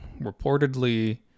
reportedly